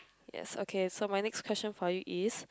yes okay so my next question for you is